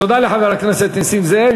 תודה לחבר הכנסת נסים זאב.